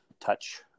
touch